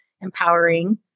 empowering